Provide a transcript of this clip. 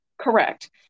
Correct